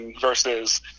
versus